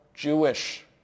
Jewish